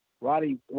Roddy